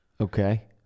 Okay